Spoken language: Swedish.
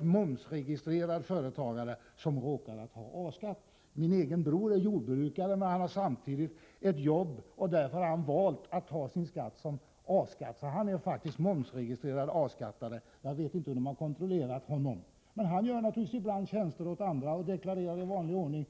momsregistrerad företagare som råkar ha A-skatt. Min bror är jordbrukare men har samtidigt ett jobb, och därför har han valt att ha A-skatt. Han är alltså momsregistrerad företagare med A-skatt. Jag vet inte om han har blivit kontrollerad, men han gör naturligtvis ibland tjänster åt andra och deklarerar i vanlig ordning.